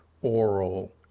oral